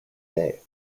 day